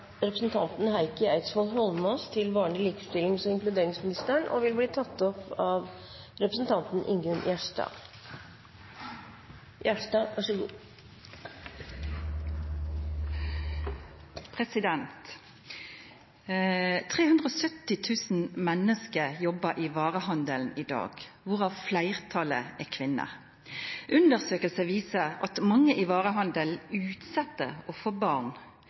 representanten Heikki Eidsvoll Holmås til barne-, likestillings- og inkluderingsministeren, vil bli tatt opp av representanten Ingunn Gjerstad. «370 000 mennesker jobber i varehandelen i dag, hvorav flertallet er kvinner. Undersøkelser viser at mange i varehandelen utsetter å få barn og